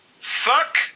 Fuck